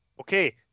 Okay